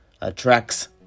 attracts